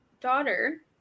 daughter